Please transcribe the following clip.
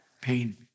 pain